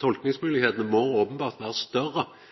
Tolkingsmoglegheitene må openbert vera større enn forholdet mellom nynorsk og bokmål. Så me går for dette – ikkje